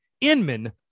Inman